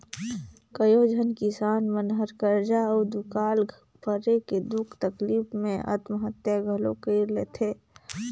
कयोझन किसान मन हर करजा अउ दुकाल परे के दुख तकलीप मे आत्महत्या घलो कइर लेथे